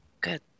Good